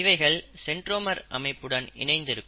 இவைகள் சென்றோமர் அமைப்புடன் இணைந்து இருக்கும்